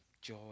Joy